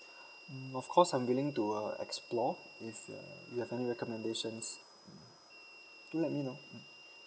mm of course I'm willing to uh explore if uh you have any recommendations mm do let me know mm